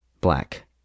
Black